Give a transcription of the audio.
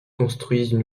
construisent